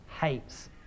hates